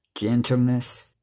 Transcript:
gentleness